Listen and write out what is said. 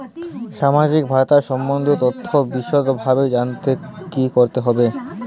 সামাজিক ভাতা সম্বন্ধীয় তথ্য বিষদভাবে জানতে কী করতে হবে?